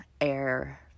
air